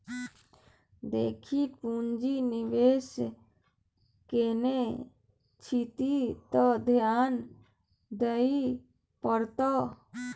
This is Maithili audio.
देखी पुंजी निवेश केने छी त ध्यान देबेय पड़तौ